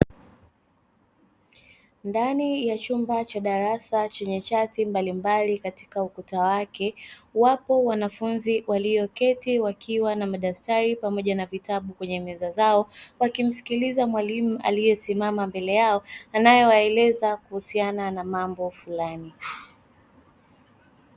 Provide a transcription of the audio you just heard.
Ndani ya chumba cha darasa chenye chati mbalimbali katika ukuta wake, wapo wanafunzi walioketi wakiwa na madaftari pamoja na vitabu kwenye meza zao, wakimsikiliza mwalimu aliyesimama mbele yao anayewaleza kuhusiana na mambo fulani.